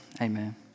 Amen